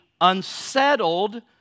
unsettled